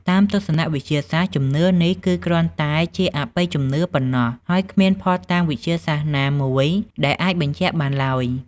តាមទស្សនៈវិទ្យាសាស្ត្រ ជំនឿនេះគឺគ្រាន់តែជាអបិយជំនឿប៉ុណ្ណោះ ហើយគ្មានភស្តុតាងវិទ្យាសាស្ត្រណាមួយដែលអាចបញ្ជាក់បានឡើយ ។